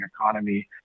economy